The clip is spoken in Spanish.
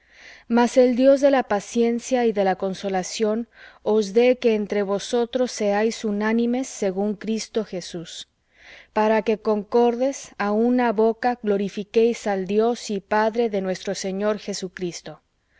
mas el dios de la paciencia y de la consolación os dé que entre vosotros seáis unánimes según cristo jesús para que concordes á una boca glorifiquéis al dios y padre de nuestro señor jesucristo